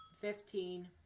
Fifteen